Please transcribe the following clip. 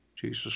Jesus